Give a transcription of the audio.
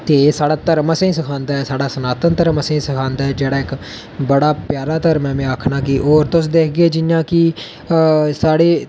ते साढ़ा धर्म असेंगी सखांदा ऐ साढ़ा सनातन धर्म असेंगी सखांदा ऐ जेह्ड़ा इक बड़ा प्यारा धर्म ऐ जेह्ड़ा में आखना कि होर तुस दिक्खगे कि साढ़ी